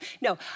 No